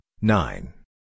nine